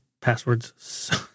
passwords